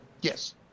Yes